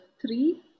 three